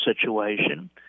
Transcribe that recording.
situation